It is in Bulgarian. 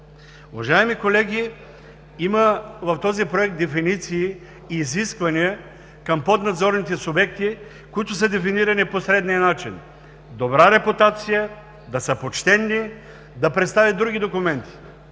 Уважаеми колеги, в този проект има дефиниции и изисквания към поднадзорните обекти, които са дефинирани по следния начин: добра репутация; да са почтени; да представи други документи.